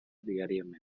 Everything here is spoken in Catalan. diàriament